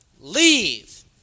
leave